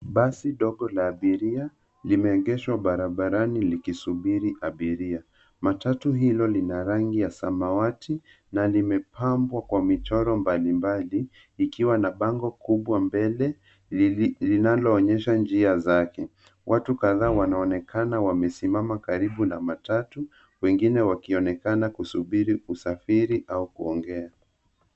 Basi dogo la abiria limeegeshwa barabarani likisubiri abiria. Matatu hilo lina rangi ya samawati na limepambwa kwa michoro mbalimbali ikiwa na bango kubwa mbele linalooneysha njia zake. Watu kadhaa wanaonekana wamesimama karibu na matatu wengine wakionekana kusubiri kusafiri au kuongea.